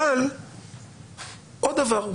אבל עוד דבר,